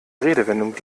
redewendungen